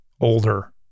older